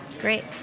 Great